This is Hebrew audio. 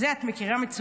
את זה את מכירה מצוין,